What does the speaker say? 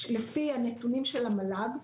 לפי הנתונים של המל"ג,